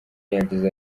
yagize